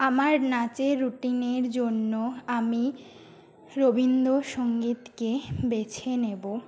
আমার নাচের রুটিনের জন্য আমি রবীন্দ্রসংগীতকে বেছে নেবো